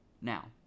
Now